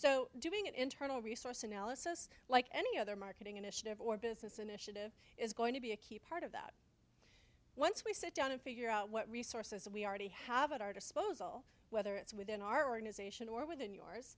so doing it internal resource analysis like any other marketing initiative or business initiative is going to be a key part of that once we sit down and figure out what resources we already have at our disposal whether it's within our organization or with an yours